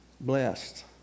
blessed